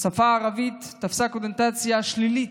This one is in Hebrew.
השפה הערבית תפסה קונוטציה שלילית.